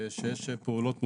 שיש פעולות מותרות,